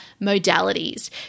modalities